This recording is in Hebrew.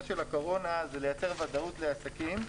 של הקורונה זה לייצר ודאות לעסקים,